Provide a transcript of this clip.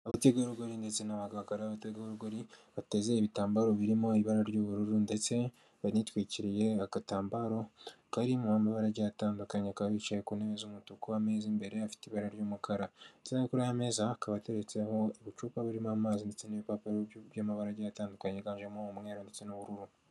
Abategarugori ndetse n'abaganga b'abategarugori bateze ibitambaro birimo ibara ry'ubururu ndetse banitwikiriye agatambaro karimo amabara agiye atandukanye bakaba bicaye ku ntebe z'umutuku, ameza imbere afite ibara ry'umukara ndetse kuri ayo meza hakaba hateretseho ibicupa birimo amazi ndetse n'ibipapuro by'amabara agiye atandukanye yiganjemo umweru ndetse n'ubururu.